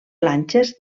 planxes